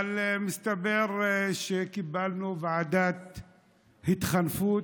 אבל מסתבר שקיבלנו ועדת התחנפות,